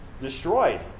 destroyed